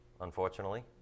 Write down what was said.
unfortunately